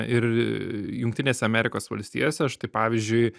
ir jungtinėse amerikos valstijose štai pavyzdžiui